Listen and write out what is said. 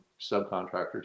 subcontractors